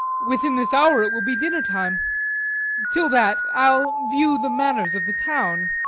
within this hour it will be dinner-time till that, i'll view the manners of the town,